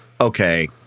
okay